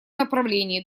направлении